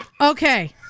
Okay